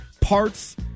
parts